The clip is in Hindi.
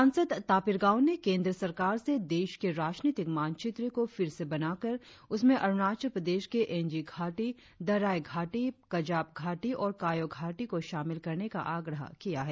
सांसद तापिर गांव ने केंद्र सरकार से देश के राजनीतिक मानचित्र को फिर से बनाकर उसमें अरुणाचल प्रदेश के एंजी घाटी दराय घाटी कजाब घाटी और कायो घाटी को शामिल करने का आग्रह किया है